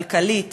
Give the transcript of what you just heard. כלכלית